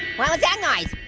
was that noise?